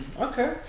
Okay